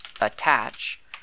attach